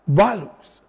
values